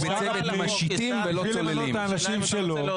למנות את האנשים שלו,